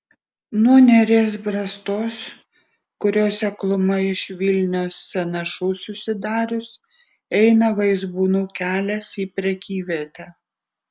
nuo neries brastos kurios sekluma iš vilnios sąnašų susidarius eina vaizbūnų kelias į prekyvietę